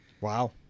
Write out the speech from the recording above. Wow